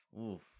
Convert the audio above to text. Oof